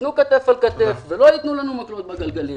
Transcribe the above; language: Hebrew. שייתנו כתף ולא ישימו לנו מקלות בגלגלים.